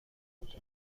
خروج